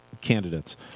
candidates